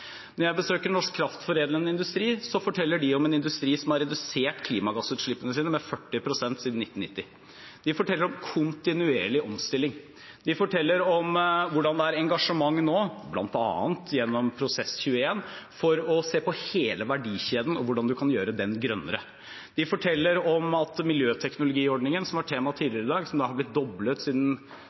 som har redusert klimagassutslippene sine med 40 pst. siden 1990. De forteller om kontinuerlig omstilling. De forteller om hvordan det er engasjement nå, bl.a. gjennom Prosess21, for å se på hele verdikjeden og hvordan man kan gjøre den grønnere. De forteller om hvordan miljøteknologiordningen, som var tema tidligere i dag, som har blitt doblet